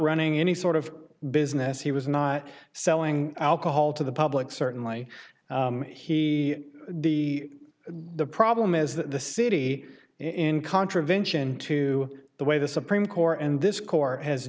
running any sort of business he was not selling alcohol to the public certainly he the the problem is that the city in contravention to the way the supreme court and this court has